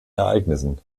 ereignissen